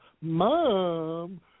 mom